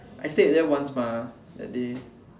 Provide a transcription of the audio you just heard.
I stayed there once mah that day